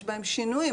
יש בהם שינויים,